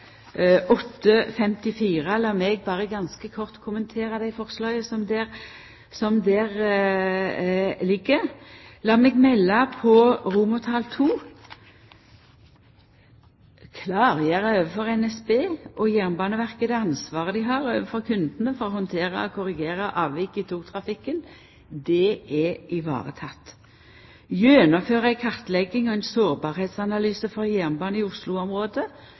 kort kommentera dei forslaga som ligg i tilrådinga, og seia til det som står i II: klargjøre for NSB og Jernbaneverket det ansvaret de har overfor kundene for å håndtere og korrigere avvik i togtrafikken Det er vareteke. Så vidare til III: gjennomføre en kartlegging og sårbarhetsanalyse for jernbanen i